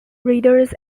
readers